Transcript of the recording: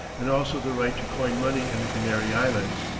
and also the right to coin money in the canary islands.